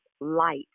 light